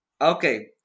Okay